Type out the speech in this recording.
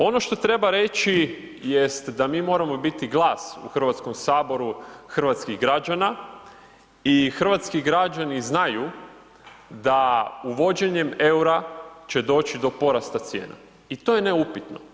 Ono što treba reći da mi moramo biti glas u Hrvatskom saboru hrvatskih građana i hrvatski građani znaju da uvođenjem EUR-a će doći do porasta cijena i to je neupitno.